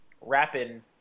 rapping